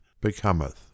becometh